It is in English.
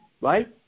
right